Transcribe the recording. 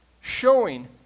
showing